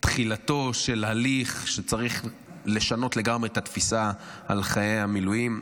תחילתו של תהליך שצריך לשנות לגמרי את התפיסה של חיילי המילואים.